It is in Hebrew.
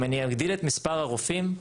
אם אני אגדיל את מספר הרופאים,